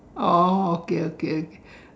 oh okay okay